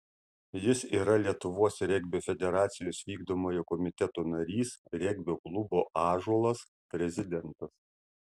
jis yra lietuvos regbio federacijos vykdomojo komiteto narys regbio klubo ąžuolas prezidentas